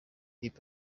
hip